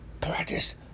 practice